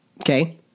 Okay